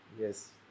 Yes